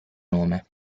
nome